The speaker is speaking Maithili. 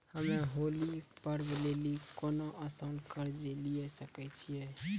हम्मय होली पर्व लेली कोनो आसान कर्ज लिये सकय छियै?